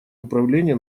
управления